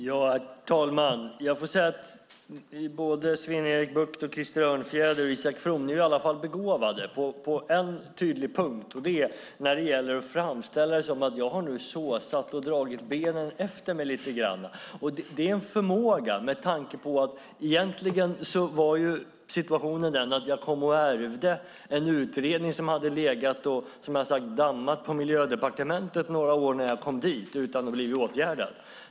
Herr talman! Jag måste säga att Sven-Erik Bucht, Krister Örnfjäder och Isak From i alla fall är begåvade på en tydlig punkt och det är när det gäller att framställa det som att jag nu har såsat och dragit benen efter mig lite grann. Det är en förmåga med tanke på att situationen var den att jag ärvde en utredning som hade legat och dammat på Miljödepartementet några år när jag kom dit utan att den hade blivit åtgärdad.